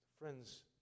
Friends